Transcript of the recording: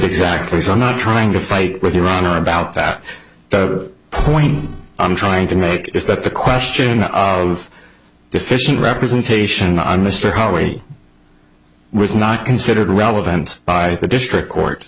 exactly so i'm not trying to fight with your honor about that the point i'm trying to make is that the question of deficient representation on mr holloway was not considered relevant by the district court